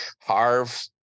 harv